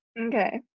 Okay